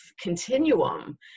continuum